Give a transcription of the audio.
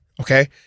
Okay